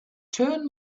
turn